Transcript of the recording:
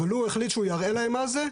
אבל הוא החליט שהוא יראה להם מה זה,